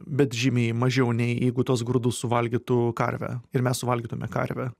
bet žymiai mažiau nei jeigu tuos grūdus suvalgytų karvė ir mes suvalgytume karvę